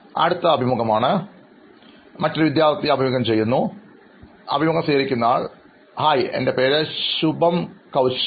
അഭിമുഖം സ്വീകരിക്കുന്നയാൾ ഹായ് എൻറെ പേര് ശുഭംകൌശൽ